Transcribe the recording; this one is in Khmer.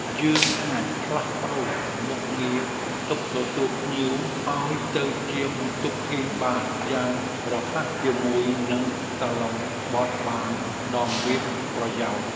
យើងអាចផ្លាស់ប្តូរមុខងារបន្ទប់ទទួលភ្ញៀវឱ្យទៅជាបន្ទប់គេងបានយ៉ាងរហ័សជាមួយនឹងសាឡុងបត់បានដ៏មានប្រយោជន៍។